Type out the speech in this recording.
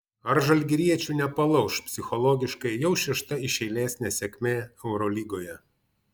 ar žalgiriečių nepalauš psichologiškai jau šešta iš eilės nesėkmė eurolygoje